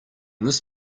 this